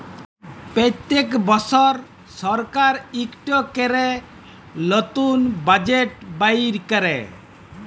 প্যত্তেক বসর সরকার ইকট ক্যরে লতুল বাজেট বাইর ক্যরে